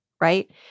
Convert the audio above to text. Right